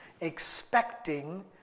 expecting